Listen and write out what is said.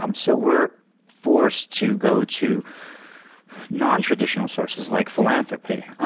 um so we're forced to go to nontraditional sources like philanthropy,